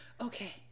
Okay